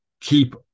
keep